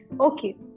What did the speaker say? Okay